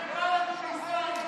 אתה חרפה לטוניסאים.